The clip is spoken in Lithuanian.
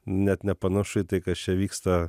net nepanašu į tai kas čia vyksta